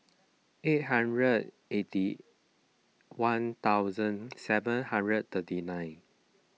eight hundred eighty one thousand seven hundred thirty nine